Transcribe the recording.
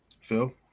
Phil